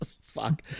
Fuck